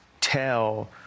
tell